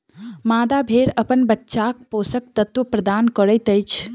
मादा भेड़ अपन बच्चाक पोषक तत्व प्रदान करैत अछि